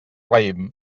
raïm